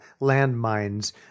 landmines